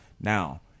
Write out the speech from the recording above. Now